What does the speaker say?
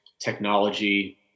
technology